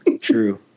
True